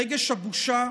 רגש הבושה,